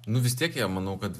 nu vis tiek jie manau kad